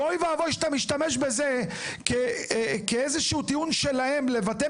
ואוי ואבוי שאתה משתמש בזה כאיזה שהוא טיעון שלהם לבתי